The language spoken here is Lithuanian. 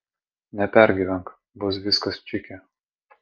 nepergyvenk bus viskas čiki